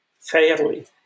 fairly